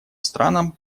странам